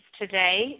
today